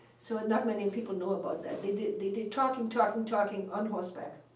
so not many people know about that. they did they did talking, talking, talking on horseback.